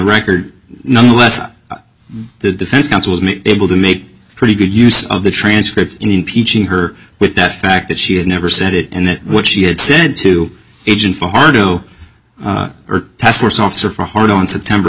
record nonetheless the defense counsel with me able to make pretty good use of the transcript in impeaching her with that fact that she had never said it and that what she had said to agent fargo or task force officer for hard on september